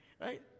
right